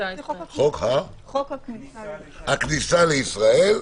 הכניסה לישראל,